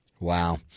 Wow